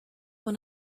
when